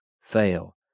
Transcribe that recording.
fail